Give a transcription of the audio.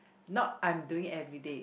not I'm doing everyday